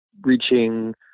reaching